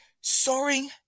soaring